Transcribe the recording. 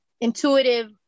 intuitive